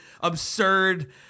absurd